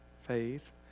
faith